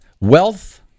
wealth